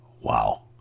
Wow